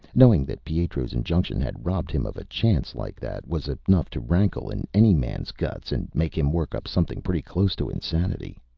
knowing that pietro's injunction had robbed him of a chance like that was enough to rankle in any man's guts and make him work up something pretty close to insanity.